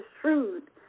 shrewd